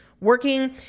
working